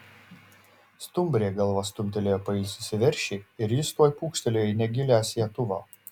stumbrė galva stumtelėjo pailsusį veršį ir jis tuoj pūkštelėjo į negilią sietuvą